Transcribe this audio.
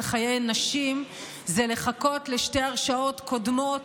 חיי נשים זה לחכות לשתי הרשעות קודמות,